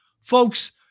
Folks